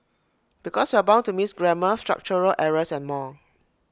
because you're bound to miss grammar structural errors and more